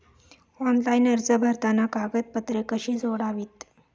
Online अर्ज भरताना कागदपत्रे कशी जोडावीत?